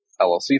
LLC